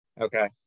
Okay